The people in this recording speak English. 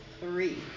three